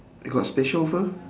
they got special offer